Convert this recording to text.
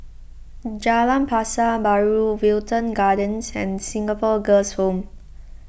Jalan Pasar Baru Wilton Gardens and Singapore Girls' Home